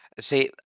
See